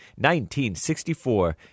1964